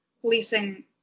policing